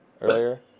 earlier